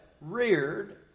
reared